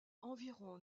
environ